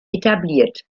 etabliert